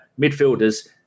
midfielders